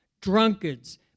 drunkards